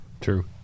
True